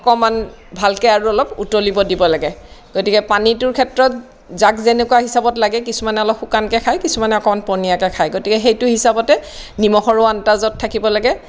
অকণমান ভালকৈ আৰু অলপ উতলিব দিব লাগে গতিকে পানীটোৰ ক্ষেত্ৰত যাক যেনেকুৱা হিচাবত লাগে কিছুমানে অলপ শুকানকৈ খায় কিছুমানে অকণ পনীয়াকৈ খায় গতিকে সেইটো হিচাপতে নিমখৰো আণ্টাজত থাকিব লাগে